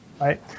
right